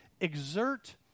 Exert